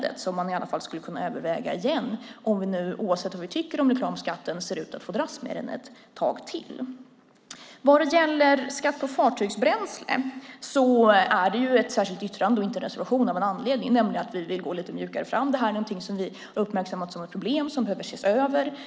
Detta skulle man i alla fall kunna överväga igen om vi nu oavsett vad vi tycker om reklamskatten ser ut att få dras med den ett tag till. Vad gäller skatt på fartygsbränsle är det ett särskilt yttrande och inte en reservation av en anledning, nämligen att vi vill gå lite mjukare fram. Detta är någonting vi har uppmärksammat som ett problem som behöver ses över.